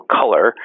color